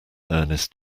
ernest